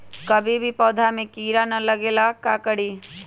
कभी भी पौधा में कीरा न लगे ये ला का करी?